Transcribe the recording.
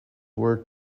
were